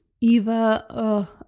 Eva